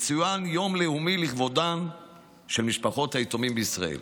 יצוין יום לאומי לכבודן של משפחות היתומים בישראל,